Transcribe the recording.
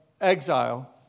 exile